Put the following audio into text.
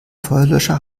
feuerlöscher